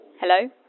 Hello